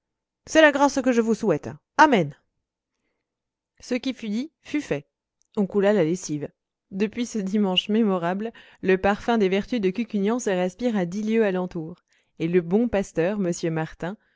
c'est la grâce que je vous souhaite amen ce qui fut dit fut fait on coula la lessive depuis ce dimanche mémorable le parfum des vertus de cucugnan se respire à dix lieues à l'entour et le bon pasteur m martin